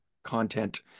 content